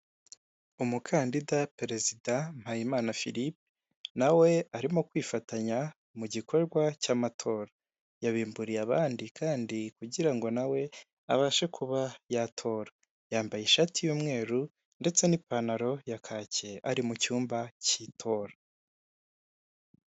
Umukandida perezida Mpayimana Philippe nawe arimo kwifatanya mu gikorwa cy'amatora, yabimburiye abandi kandi kugira ngo nawe abashe kuba yatora, yambaye ishati y'umweru ndetse n'ipantaro ya kacyi, ari mu cyumba cy'itora.